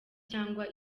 cyangwa